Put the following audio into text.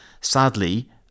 sadly